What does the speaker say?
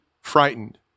frightened